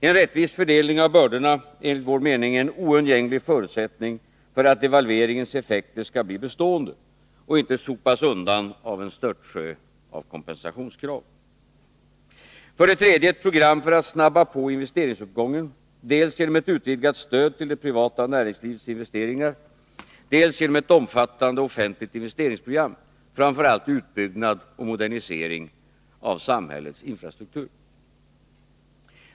En rättvis fördelning av bördorna är, enligt vår mening, en oundgänglig förutsättning för att devalveringens effekter skall bli bestående och inte sopas undan av en störtsjö av kompensationskrav. För det tredje: Ett program för att snabba på investeringsuppgången, dels genom ett utvidgat stöd till det privata näringslivets investeringar, dels genom ett omfattande offentligt investeringsprogram, framför allt i utbyggnad och modernisering av samhällets infrastruktur.